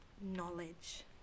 knowledge